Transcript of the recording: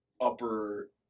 upper